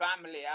family